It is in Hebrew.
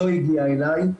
לא הגיע אליי,